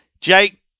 Jake